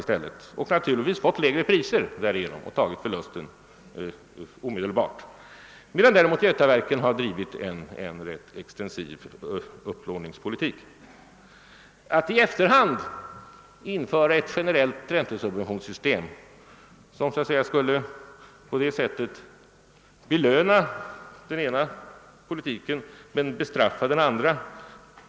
Därigenom har man naturligtvis fått acceptera lägre priser och på det sättet tagit förlusten omedelbart. Götaverken har däremot drivit en rätt extensiv upplåningspolitik. Om vi i efterhand införde ett generellt räntesubventionssystem, skulle vi så att säga belöna den ena politiken men bestraffa den andra.